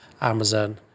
Amazon